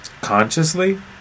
Consciously